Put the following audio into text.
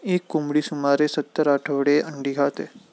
एक कोंबडी सुमारे सत्तर आठवडे अंडी घालते